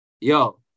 Yo